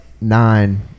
nine